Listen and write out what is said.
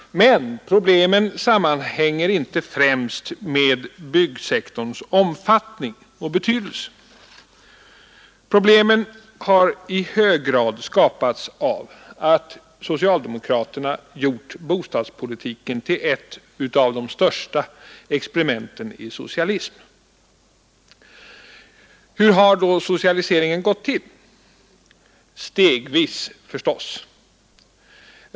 Men problemen sammanhänger inte främst med byggsektorns omfattning och betydelse. Problemen har i hög grad skapats av att socialdemokraterna gjort bostadspolitiken till ett av de största experimenten i socialism. Hur har då socialiseringen gått till? Stegvis förstås.